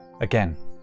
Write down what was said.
Again